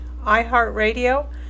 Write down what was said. iHeartRadio